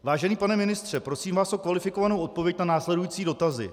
Vážený pane ministře, prosím vás o kvalifikovanou odpověď na následující dotazy.